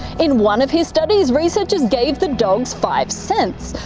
in one of his studies, researchers gave the dogs five scents.